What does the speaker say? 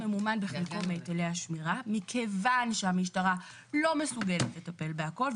ממומן בחלקו מהיטלי השמירה מכיוון שהמשטרה לא מסוגלת לטפל בכול,